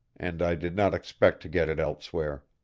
and i did not expect to get it elsewhere.